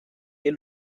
wir